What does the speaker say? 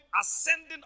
ascending